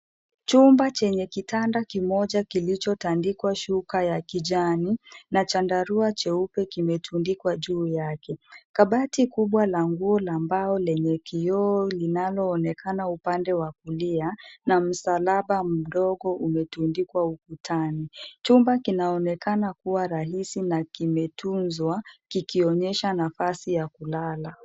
Chumba chenye kitanda kimoja kilichotadikwa shuka ya kijani na chandarua cheupe kimetudikwa juu yake. Kabati kubwa la nguo la bao lenye kioo linaloonekana upande wa kulia na msalaba mdogo umetudikwa ukutani. Chumba kinaonekana kuwa rahisi na kimetuzwa kikionyesha nafasi ya kulala.